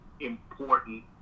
important